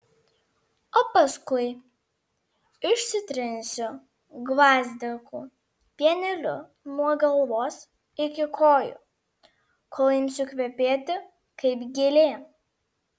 o paskui išsitrinsiu gvazdikų pieneliu nuo galvos iki kojų kol imsiu kvepėti kaip gėlė